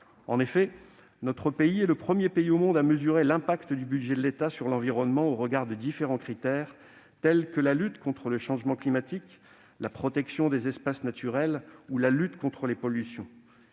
En effet, la France est le premier pays au monde à mesurer l'impact du budget de l'État sur l'environnement au regard de différents critères tels que la lutte contre le changement climatique, la protection des espaces naturels ou la lutte contre les pollutions.